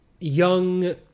young